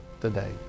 today